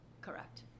Correct